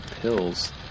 pills